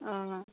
অঁ